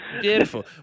Beautiful